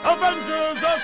Avengers